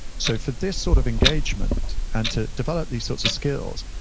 so for this sort of engagement and to develop these sorts of skills,